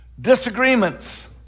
Disagreements